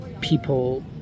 people